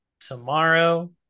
tomorrow